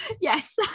yes